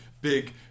big